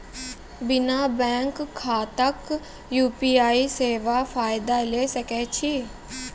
बिना बैंक खाताक यु.पी.आई सेवाक फायदा ले सकै छी?